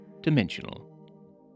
Dimensional